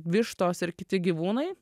vištos ir kiti gyvūnai